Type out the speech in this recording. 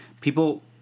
People